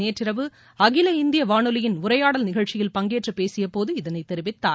நேற்றிரவு அகில இந்திய வானொலியின் உரையாடல் நிகழ்ச்சியில் பங்கேற்று பேசியபோது இதனை தெரிவித்தார்